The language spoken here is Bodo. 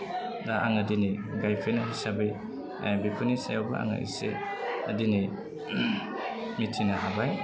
दा आङो दिनै गायफेरनाय हिसाबै बेफोरनि सायावबो आङो एसे दिनै मिथिनो हाबाय